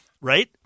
Right